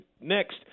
next